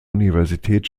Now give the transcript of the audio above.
universität